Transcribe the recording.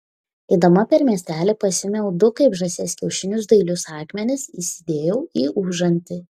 eidama per miestelį pasiėmiau du kaip žąsies kiaušinius dailius akmenis įsidėjau į užantį